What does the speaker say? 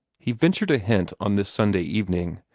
he ventured a hint on this sunday evening,